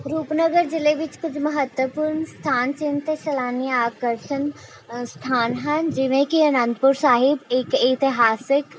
ਰੂਪਨਗਰ ਜ਼ਿਲ੍ਹੇ ਵਿੱਚ ਕੁਝ ਮਹੱਤਵਪੂਰਨ ਸਥਾਨ ਚਿੰਨ ਅਤੇ ਸੈਲਾਨੀ ਆਕਰਸ਼ਣ ਸਥਾਨ ਹਨ ਜਿਵੇਂ ਕਿ ਅਨੰਦਪੁਰ ਸਾਹਿਬ ਇੱਕ ਇਤਿਹਾਸਿਕ